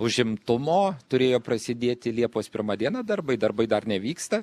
užimtumo turėjo prasidėti liepos pirmą dieną darbai darbai dar nevyksta